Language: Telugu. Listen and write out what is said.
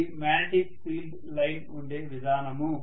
ఇది మ్యాగ్నెటిక్ ఫీల్డ్ లైన్ ఉండే విధానము